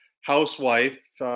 housewife